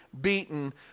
beaten